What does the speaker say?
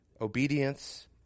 obedience